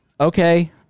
okay